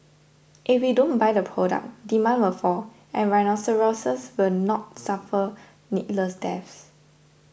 if we don't buy the product demand will fall and rhinoceroses will not suffer needless deaths